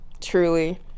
truly